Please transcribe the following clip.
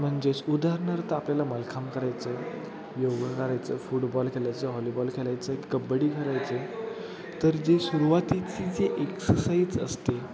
म्हणजेच उदाहरणार्थ आपल्याला मलखांब करायचं आहे योगा करायचं फुटबॉल खेळायचं आहे हॉलीबॉल खेळायचं आहे कबड्डी खेळायचं तर जी सुरुवातीची जी एक्सरसाइज असते